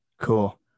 cool